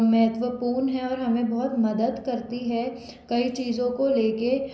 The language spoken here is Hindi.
महत्वपूर्ण है और हमें बहुत मदद करती है कई चीज़ों को ले कर